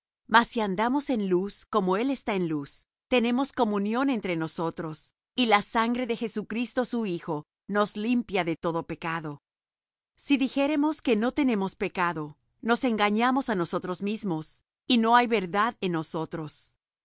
si andamos en luz como él está en luz tenemos comunión entre nosotros y la sangre de jesucristo su hijo nos limpia de todo pecado si dijéremos que no tenemos pecado nos engañamos á nosotros mismos y no hay verdad en nosotros